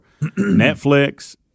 netflix